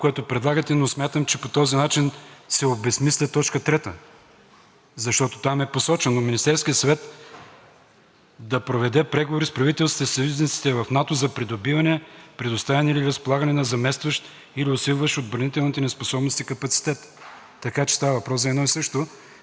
да проведе преговори с правителствата и съюзниците в НАТО за придобиване, предоставяне или разполагане на заместващ или усилващ отбранителните ни способности капацитет.“ Така че става въпрос за едно и също. При това положение нека да не усложняваме т. 2, след като в т. 3 това, което Вие предлагате, е отразено. Благодаря.